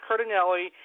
Cardinelli